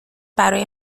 برای